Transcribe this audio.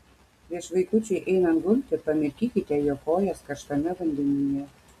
prieš vaikučiui einant gulti pamirkykite jo kojas karštame vandenyje